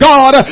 God